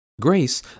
Grace